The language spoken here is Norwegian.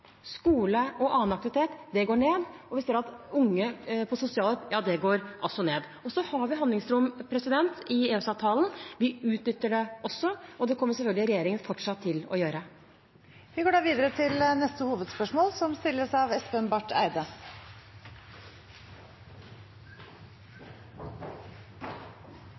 skole og annen aktivitet går ned, og vi ser også at antallet unge på sosialhjelp går ned. Vi har et handlingsrom i EØS-avtalen. Vi utnytter det også, og det kommer selvfølgelig regjeringen fortsatt til å gjøre. Vi går til neste hovedspørsmål. Mitt spørsmål går til klima- og miljøministeren. Neste